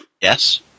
Yes